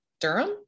Durham